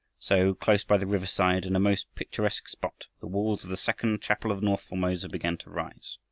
so, close by the riverside, in a most picturesque spot, the walls of the second chapel of north formosa began to rise.